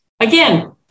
Again